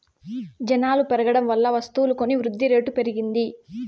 జనాలు పెరగడం వల్ల వస్తువులు కొని వృద్ధిరేటు పెరిగింది